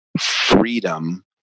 freedom